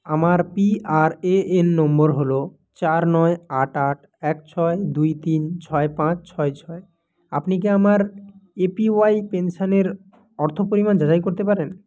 আমার PRAN number হলো চার নয় আট আট এক ছয় দুই তিন ছয় পাঁচ ছয় ছয় আপনি কি আমার এপিওয়াই পেনশনের অর্থ পরিমাণ যাচাই করতে পারেন